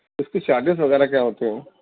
اس کے چارچز وغیرہ کیا ہوتے ہیں